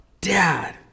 Dad